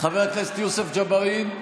חבר הכנסת יוסף ג'בארין,